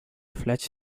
flash